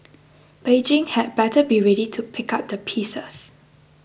Beijing had better be ready to pick up the pieces